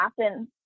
happen